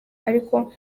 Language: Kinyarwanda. ariko